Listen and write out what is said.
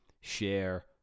share